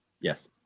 Yes